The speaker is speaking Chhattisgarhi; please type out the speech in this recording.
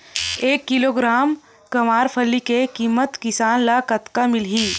एक किलोग्राम गवारफली के किमत किसान ल कतका मिलही?